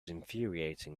infuriating